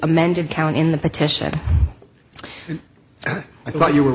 amended count in the petition so i thought you were